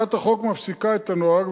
הצעת החוק מפסיקה את הנוהג,